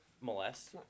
Molest